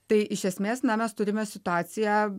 tai iš esmės na mes turime situaciją